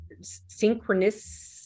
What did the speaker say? synchronous